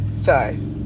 Sorry